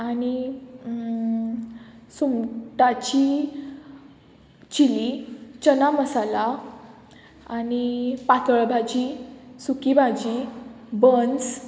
आनी सुंगटाची चिली चना मसाला आनी पातळ भाजी सुकी भाजी बन्स